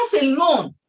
alone